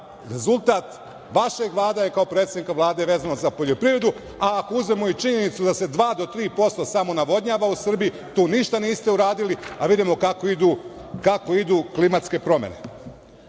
rezultat vaše vlade i vas kao predsednika Vlade vezano za poljoprivredu, a ako uzmemo i činjenicu da se dva do tri posto samo navodnjava u Srbiji, tu ništa niste uradili, a vidimo kako idu klimatske promene. Da